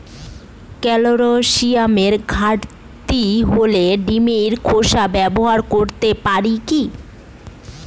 ক্যালসিয়ামের ঘাটতি হলে ডিমের খোসা ব্যবহার করতে পারি কি?